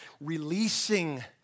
releasing